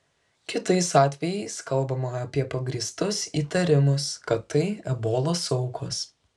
kitais atvejais kalbama apie pagrįstus įtarimus kad tai ebolos aukos